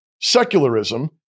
Secularism